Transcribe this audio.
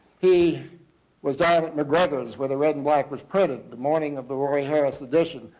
he was down at mcgregor's where the red and black was printed the morning of the roy harris edition.